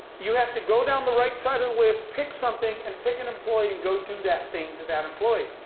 you have to go down the right side of the list, pick something, and pick an employee, and go do that thing to that employee.